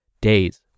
days